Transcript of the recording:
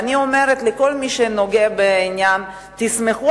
ואני אומרת לכל מי שנוגע בעניין: תסמכו